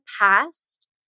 past